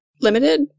Limited